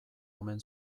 omen